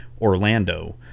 Orlando